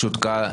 סליחה,